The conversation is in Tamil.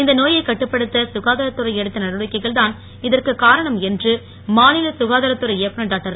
இந்த நோயைக் கட்டுப்படுத்த சுகாதாரத்துறை எடுத்த நடவடிக்கைகள் தான் இதற்கு காரணம் என்று மாநில சுகாதாரத்துறை இயக்குநர் டாக்டர்